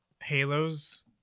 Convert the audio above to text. Halo's